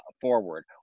forward